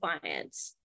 clients